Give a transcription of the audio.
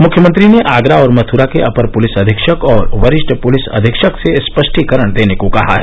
मुख्यमंत्री ने आगरा और मथुरा के अपर पुलिस अधीक्षक और वरिष्ठ पुलिस अधीक्षक से स्पष्टीकरण देने को कहा है